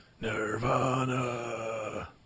Nirvana